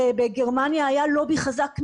בגרמניה היה לובי חזק מאוד.